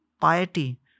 piety